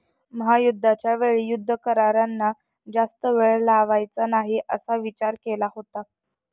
महायुद्धाच्या वेळी युद्ध करारांना जास्त वेळ लावायचा नाही असा विचार केला होता